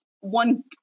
one